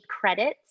credits